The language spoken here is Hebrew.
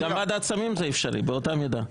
גם ועדת סמים זה אפשרי באותה מידה.